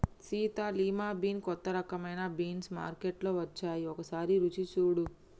Sita lima bean కొత్త రకమైన beans మార్కేట్లో వచ్చాయి ఒకసారి రుచి సుడు